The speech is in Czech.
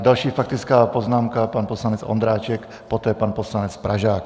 Další faktická poznámka pan poslanec Ondráček, poté pan poslanec Pražák.